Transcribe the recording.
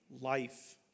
life